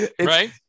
right